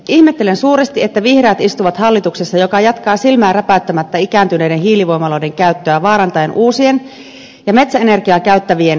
ihmettelen suuresti että vihreät istuvat hallituksessa joka jatkaa silmää räpäyttämättä ikääntyneiden hiilivoimaloiden käyttöä vaarantaen uusien ja metsäenergiaa käyttävien voimalaitosten investoinnit